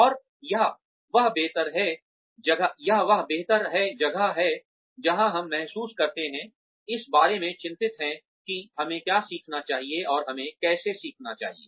और यह वह बेहतर है जगह है जहां हम महसूस करते हैं इस बारे में चिंतित हैं कि हमें क्या सीखना चाहिए और हमें कैसे सीखना चाहिए